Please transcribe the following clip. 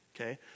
Okay